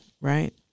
Right